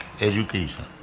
education